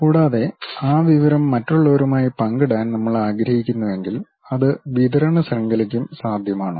കൂടാതെ ആ വിവരം മറ്റുള്ളവരുമായി പങ്കിടാൻ നമ്മൾ ആഗ്രഹിക്കുന്നുവെങ്കിൽ അത് വിതരണ ശൃംഖലയ്ക്കും സാധ്യമാണ്